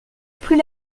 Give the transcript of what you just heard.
plus